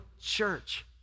church